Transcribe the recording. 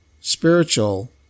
spiritual